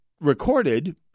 recorded